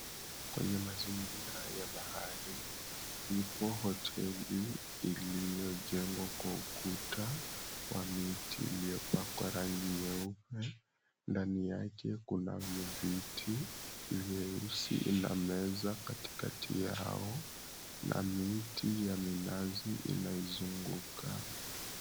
Kwenye mazingira ya bahari ipo hoteli iliyojengwa kwa ukuta wa miti iliyopakwa rangi nyeupe. Ndani yake kunavyo viti vyeusi na meza katikatiki yao na miti ya minazi inayozunguka.